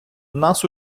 нас